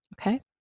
Okay